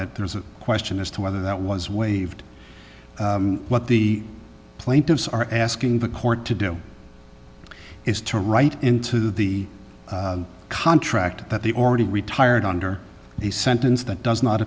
that there is a question as to whether that was waived what the plaintiffs are asking the court to do is to write into the contract that they already retired under the sentence that does not